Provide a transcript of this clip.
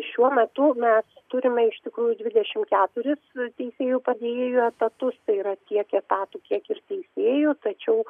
šiuo metu mes turime iš tikrųjų dvidešimt keturis teisėjų padėjėjų etatus tai yra tiek etatų kiek ir teisėjų tačiau